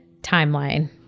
timeline